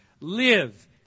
live